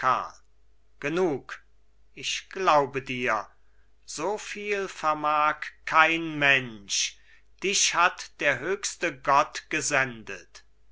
genug ich glaube dir so viel vermag kein mensch dich hat der höchste gott gesendet